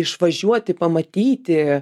išvažiuoti pamatyti